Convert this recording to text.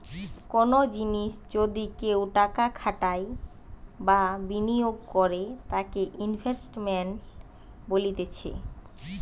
কোনো জিনিসে যদি কেও টাকা খাটাই বা বিনিয়োগ করে তাকে ইনভেস্টমেন্ট বলতিছে